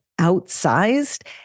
outsized